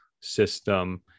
system